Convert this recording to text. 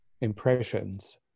impressions